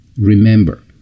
remember